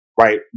right